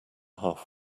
half